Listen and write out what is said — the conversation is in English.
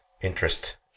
interest